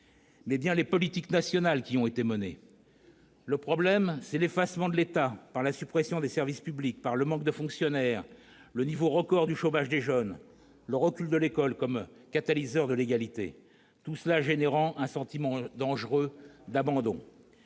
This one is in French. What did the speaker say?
mais bien les politiques nationales qui y ont été menées. Le problème, c'est l'effacement de l'État par la suppression des services publics, le manque de fonctionnaires, le niveau record du chômage des jeunes, le recul de l'école comme catalyseur de l'égalité, tout cela engendrant un sentiment dangereux d'abandon.